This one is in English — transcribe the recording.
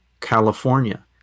California